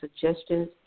suggestions